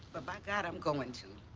but by god i'm going to.